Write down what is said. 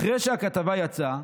אחרי שהכתבה יצאה,